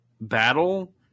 battle